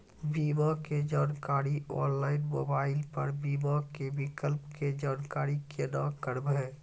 बीमा के जानकारी ऑनलाइन मोबाइल पर बीमा के विकल्प के जानकारी केना करभै?